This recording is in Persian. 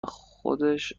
خودش